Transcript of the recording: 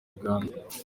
uganda